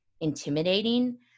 intimidating